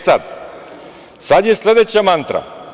Sada je sledeća mantra.